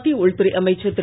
மத்திய உள்துறை அமைச்சர் திரு